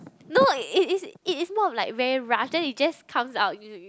no it is it is not like very rushed then it just comes out you